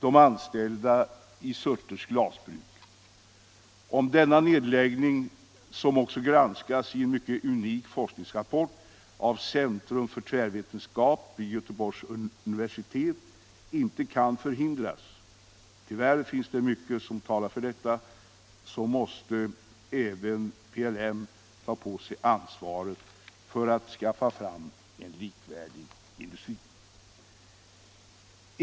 De anställda vid Surte glasbruk anser att om brukets nedläggning, som nu också granskats i en unik forskningsrapport av centrum för tvärvetenskap vid Göteborgs universitet, inte kan förhindras — tyvärr finns det mycket som talar för detta — så måste även PLM ta på sig ansvaret för att skaffa fram en likvärdig ersättningsindustri.